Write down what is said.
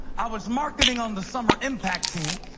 i was marketing on the summer impact team.